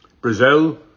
Brazil